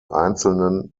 einzelnen